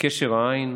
קשר העין,